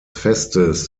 festes